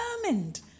determined